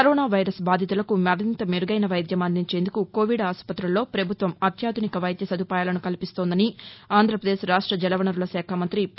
corona virus బాధితులకు మరింత మెరుగైన వైద్యం అందించేందుకు కోవిడ్ ఆసుపత్రులలో ప్రభుత్వం అత్యాధునిక సదుపాయాలను కల్పిస్తోందని అంధ్రప్రదేళ్ రాక్ష జలవనరుల శాఖ మంతి పి